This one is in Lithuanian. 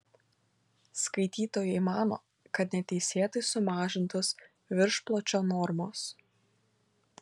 skaitytojai mano kad neteisėtai sumažintos viršpločio normos